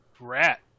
rat